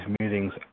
meetings